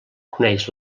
coneix